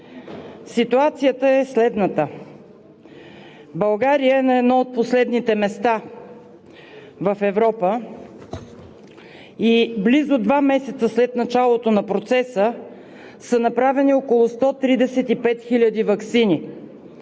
Ситуацията е следната. България е на едно от последните места в Европа и близо два месеца след началото на процеса са направени около 135 хиляди ваксини,